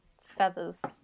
feathers